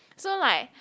so like